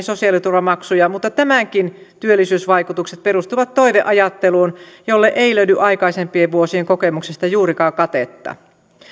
sosiaaliturvamaksuja mutta tämänkin työllisyysvaikutukset perustuvat toiveajatteluun jolle ei löydy aikaisempien vuosien kokemuksesta juurikaan katetta